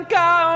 go